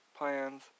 Plans